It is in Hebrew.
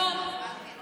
אפילו הצדקת הדלפות.